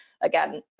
Again